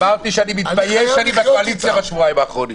אמרתי שאני מתבייש שאני בקואליציה בשבועיים האחרונים.